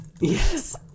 Yes